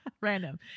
Random